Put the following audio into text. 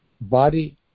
body